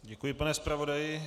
Děkuji, pane zpravodaji.